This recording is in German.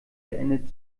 beendet